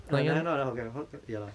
ah 南洋 not under hokkien ho~ ya lah